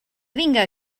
vinga